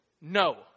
No